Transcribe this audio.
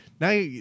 Now